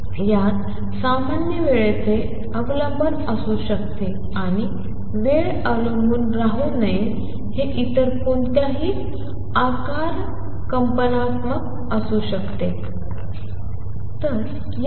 तर यात सामान्य वेळेचे अवलंबन असू शकते आणि वेळ अवलंबून राहून हे इतर कोणत्याही आकाराला कंपन करू शकते